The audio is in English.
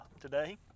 today